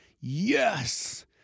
Yes